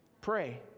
Pray